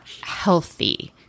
healthy